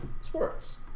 sports